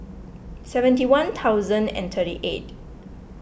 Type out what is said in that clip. seventy one thousand and thirty eight